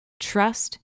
Trust